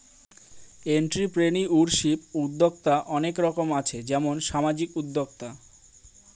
entrepreneurship উদ্যক্তা অনেক রকম আছে যেমন সামাজিক উদ্যোক্তা